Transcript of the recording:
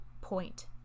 point